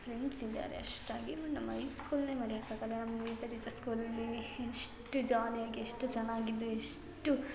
friends ಇದ್ದಾರೆ ಅಷ್ಟಾಗಿ but ನಮ್ಮ ಐ ಸ್ಕೂಲನ್ನೇ ಮರೆಯಕ್ಕಾಗಲ್ಲ ನಮ್ಗೆ ವಿಭಜಿತ ಸ್ಕೂಲಲ್ಲಿ ಎಷ್ಟು ಜಾಲಿ ಆಗಿ ಎಷ್ಟು ಚೆನ್ನಾಗಿದ್ದು ಎಷ್ಟು